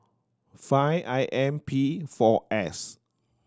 five I M P four S